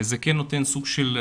נותן סוג של,